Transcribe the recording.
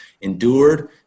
endured